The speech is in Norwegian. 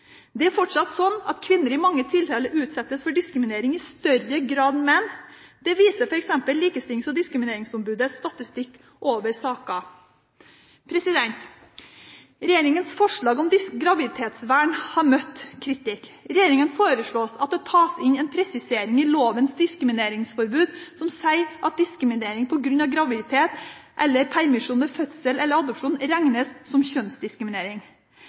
Det er fortsatt slik at kvinner i mange tilfeller utsettes for diskriminering i større grad enn menn. Det viser f.eks. likestillings- og diskrimineringsombudets statistikk over saker. Regjeringens forslag om graviditetsvern har møtt kritikk. Regjeringen foreslår at det tas inn en presisering i lovens diskrimineringsforbud som sier at diskriminering på grunn av graviditet og permisjon ved fødsel eller adopsjon regnes som kjønnsdiskriminering.